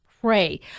pray